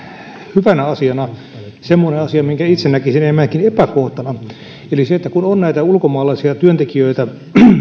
hyvänä asiana semmoinen asia minkä itse näkisin enemmänkin epäkohtana eli kun on näitä ulkomaalaisia työntekijöitä